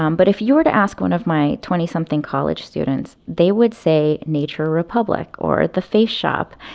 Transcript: um but if you were to ask one of my twenty something college students, they would say nature republic or the face shop.